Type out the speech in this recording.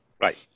Right